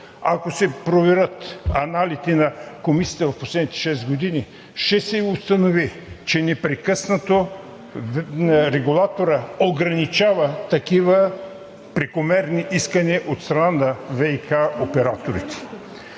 ако се проверят аналите на Комисията в последните шест години, ще се установи, че непрекъснато регулаторът ограничава такива прекомерни искания от страна на ВиК операторите.